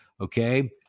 Okay